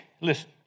Listen